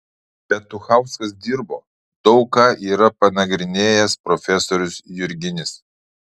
petuchauskas dirbo daug ką yra panagrinėjęs profesorius jurginis